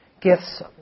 gifts